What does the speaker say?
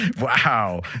Wow